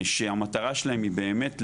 שהמטרה שלהם היא באמת להרחיב,